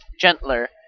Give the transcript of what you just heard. gentler